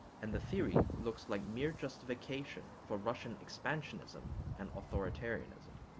and the theory looks like mere justification for russian expansionism and authoritarianism.